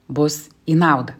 bus į naudą